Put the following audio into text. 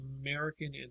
American